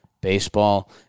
Baseball